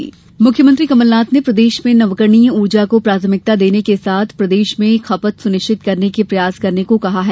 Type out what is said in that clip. सौर ऊर्जा मुख्यमंत्री कमल नाथ ने प्रदेश में नवकरणीय ऊर्जा को प्राथमिकता देने के साथ प्रदेश में ही खपत सुनिश्चित करने के प्रयास करने को कहा है